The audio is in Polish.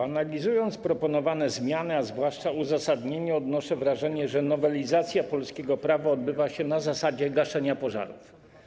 Analizując proponowane zmiany, a zwłaszcza uzasadnienie, odnoszę wrażenie, że nowelizacja polskiego prawa odbywa się na zasadzie gaszenia pożarów.